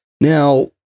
now